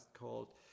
called